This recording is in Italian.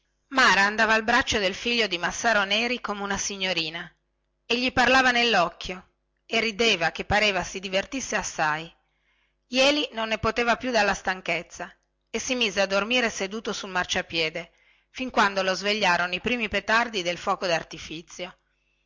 mara andava al braccio del figlio di massaro neri come una signorina e gli parlava nellorecchio e rideva che pareva si divertisse assai jeli non ne poteva più dalla stanchezza e si mise a dormire seduto sul marciapiede fin quando lo svegliarono i primi petardi del fuoco dartifizio